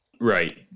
Right